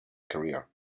career